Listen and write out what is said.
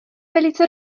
velice